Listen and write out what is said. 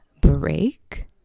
break